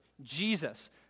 Jesus